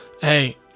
hey